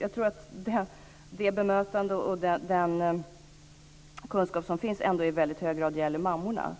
Jag tror att det bemötande och den kunskap som finns ändå i väldigt hög grad gäller mammorna.